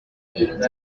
ndirimbo